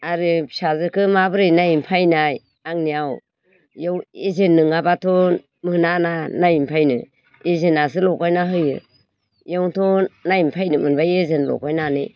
आरो फिसैजोखौ माबोरै नायनो फैनाय आंनियाव बाव एजेन्ट नङाबाथ' मोना ना नायनो फैनो एजेन्टासो लगायना होयो बेयावनोथ' नायनो फैनो मोनबाय एजेन्ट लगायनानै